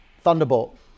thunderbolt